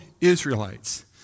Israelites